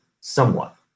somewhat